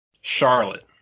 Charlotte